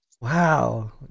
Wow